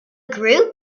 group